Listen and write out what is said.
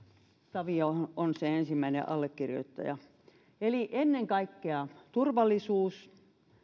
taviohan on sen ensimmäinen allekirjoittaja eli ennen kaikkea turvallisuus